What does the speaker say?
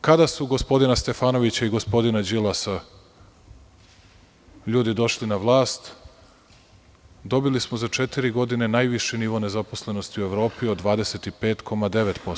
Kada su ljudi gospodina Stefanovića i gospodina Đilasa došli na vlast, dobili smo za četiri godine najviši nivo nezaposlenosti u Evropi od 25,9%